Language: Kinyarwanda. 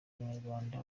abanyarwanda